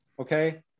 okay